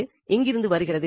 இது இங்கிருந்து வருகிறது